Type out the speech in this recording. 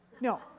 no